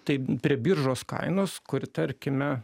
tai prie biržos kainos kuri tarkime